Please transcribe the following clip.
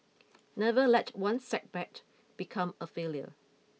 never let one setback become a failure